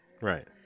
Right